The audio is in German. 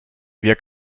wir